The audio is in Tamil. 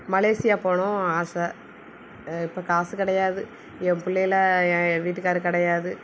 மலேசியா போகணும் ஆசை இப்போ காசு கிடையாது என் பிள்ளையெல்லாம் என் என் வீட்டுக்காரரு கிடையாது